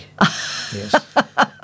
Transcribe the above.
Yes